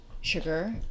sugar